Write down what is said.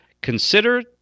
Consider